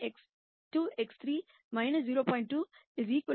2 0